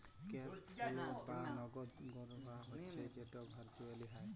cash flow বা নগদ পরবাহ হচ্যে যেট ভারচুয়েলি হ্যয়